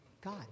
God